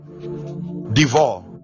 divorce